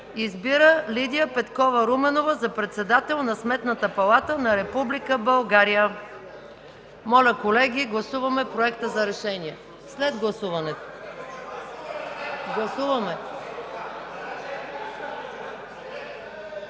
Избира Лидия Петкова Руменова за председател на Сметната палата на Република България.” Моля, колеги, гласуваме проекта за решение. (Народният представител